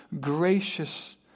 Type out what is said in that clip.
gracious